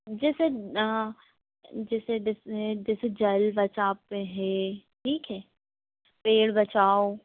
जैसे जैसे जै जैसे जल बचाओ पर है ठीक है पेड़ बचाओ